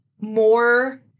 more